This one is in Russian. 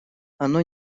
оно